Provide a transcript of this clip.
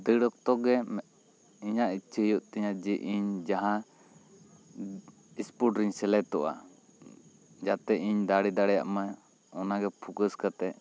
ᱫᱟᱹᱲ ᱚᱠᱛᱚ ᱜᱮ ᱢᱤᱫ ᱤᱧᱟᱹᱜ ᱤᱠᱪᱪᱷᱟᱹ ᱦᱩᱭᱩᱜ ᱛᱤᱧᱟᱹ ᱡᱮ ᱤᱧ ᱡᱟᱦᱟᱸ ᱤᱥᱯᱳᱨᱴ ᱨᱮᱧ ᱥᱮᱞᱮᱠᱫᱚᱜᱼᱟ ᱡᱟᱛᱮᱜ ᱤᱧ ᱫᱟᱲᱮ ᱫᱟᱲᱮᱭᱟᱜ ᱢᱟ ᱚᱱᱟ ᱜᱮ ᱯᱷᱚᱠᱟᱥ ᱠᱟᱛᱮ